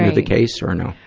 the case or no?